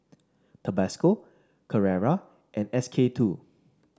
Tabasco Carrera and SK two